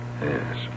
Yes